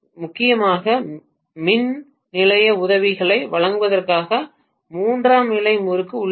முக்கியமாக மின் நிலைய உதவிகளை வழங்குவதற்காக மூன்றாம் நிலை முறுக்கு உள்ளது